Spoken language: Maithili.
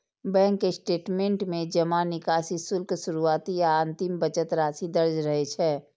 बैंक स्टेटमेंट में जमा, निकासी, शुल्क, शुरुआती आ अंतिम बचत राशि दर्ज रहै छै